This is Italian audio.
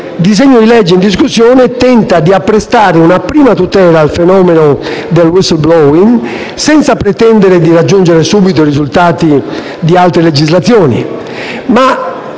Il disegno di legge in discussione tenta, quindi, di apprestare una prima tutela al fenomeno del *whistleblowing*, senza pretendere di raggiungere subito i risultati di altre legislazioni,